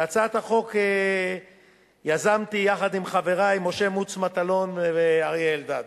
את הצעת החוק יזמתי יחד עם חברי משה מוץ מטלון ואריה אלדד.